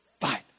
Fight